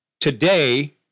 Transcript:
Today